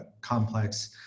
complex